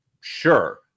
sure